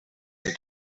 your